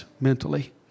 mentally